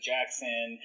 Jackson